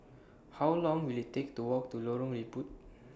How Long Will IT Take to Walk to Lorong Liput